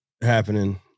happening